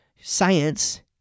science